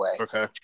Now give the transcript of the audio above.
okay